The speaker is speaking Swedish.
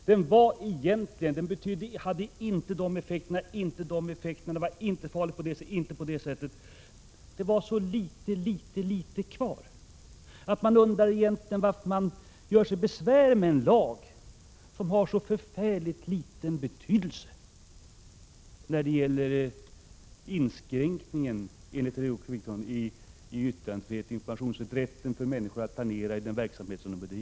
Han räknade upp en mängd effekter som lagen inte hade, och det blev så ytterst litet av betydelse kvar att man måste undra varför regeringen egentligen gör sig besvär med att föreslå en lag som har så förfärligt liten betydelse när det gäller inskränkningen i yttrandefrihet, rätten till information och rätten för människor att planera i den verksamhet de bedriver.